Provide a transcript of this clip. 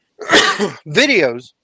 videos